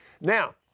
Now